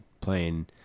playing